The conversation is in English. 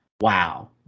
wow